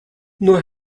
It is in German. nur